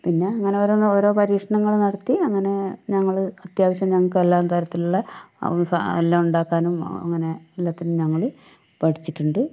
പിന്നെ അങ്ങനെ ഓരോന്ന് ഓരോ പരീക്ഷണങ്ങൾ നടത്തി അങ്ങനെ ഞങ്ങൾ അത്യാവശ്യം ഞങ്ങൾക്ക് എല്ലാ തരത്തിലുള്ള എല്ലാം ഉണ്ടാക്കാനും അങ്ങനെ എല്ലാത്തിനും ഞങ്ങൾ പഠിച്ചിട്ടുണ്ട്